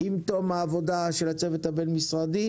עם תום העבודה של הצוות הבין-משרדי.